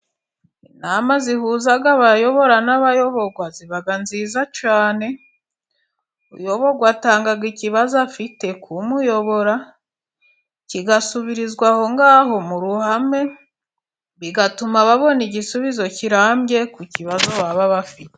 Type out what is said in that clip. Inama zihuza abayobora n'abayoborwa ziba nziza cyane, uyoborwa atanga ikibazo afite ku muyobora ,kigasubirizwa aho ngaho mu ruhame, bigatuma babona igisubizo kirambye ku kibazo baba bafite.